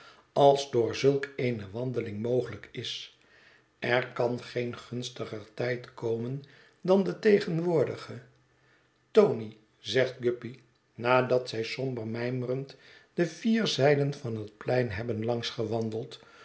als door zulk eene wandeling mogelijk is er kan geen gunstiger tijd komen dan de tegenwoordige tony zegt guppy nadat zij somber mijmerend de vier zijden van het plein hebben langs gewandeld